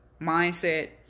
mindset